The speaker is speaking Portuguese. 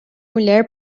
mulher